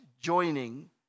joining